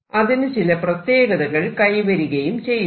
അതിനു ചില പ്രത്യേകതകൾ കൈവരികയും ചെയ്യുന്നു